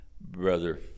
Brother